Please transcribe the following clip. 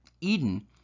Eden